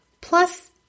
Plus